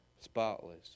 spotless